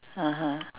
(uh huh)